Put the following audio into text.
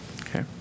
Okay